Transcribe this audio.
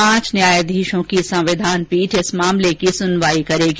पांच न्यायाधीशों की संविधान पीठ इस मामले की सुनवाई करेगी